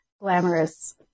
glamorous